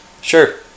Sure